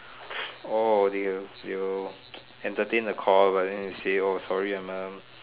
oh they will they will entertain the call but then they say oh sorry I'm a